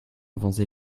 avancer